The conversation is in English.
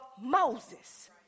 Moses